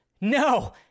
No